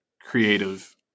creative